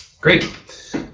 Great